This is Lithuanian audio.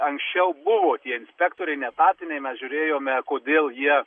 anksčiau buvo tie inspektoriai neetatiniai mes žiūrėjome kodėl jie